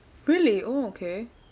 really oh okay